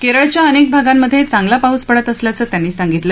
केरळच्या अनेक भागांमध्ये चांगला पाऊस पडत असल्याचं त्यांनी सांगितलं